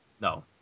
No